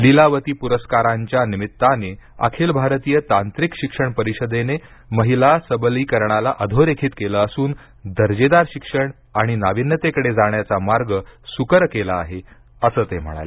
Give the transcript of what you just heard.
लीलावती पुरस्कारांच्या निमित्ताने अखिल भारतीय तांत्रिक शिक्षण परिषदेने महिला सबलीकरणाला अधोरेखित केलं असून दर्जेदार शिक्षण आणि नाविन्यतेकडे जाण्याचा मार्ग सुकर केला आहे असं ते म्हणाले